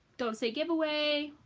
don't say giveaway,